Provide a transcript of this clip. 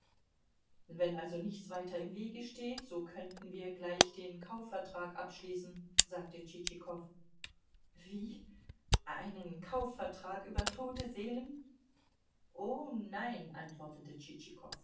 wenn also nichts weiter im wege steht so könnten wir gleich den kaufvertrag abschließen sagte tschitschikow wie einen kaufvertrag über tote seelen o nein antwortete